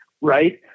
Right